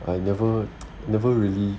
I never never really